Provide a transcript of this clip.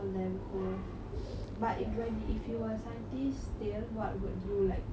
but if when if you were scientists still what would you like want to invent